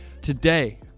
Today